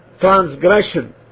transgression